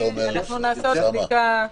אנחנו נעשה עוד בדיקה.